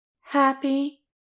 happy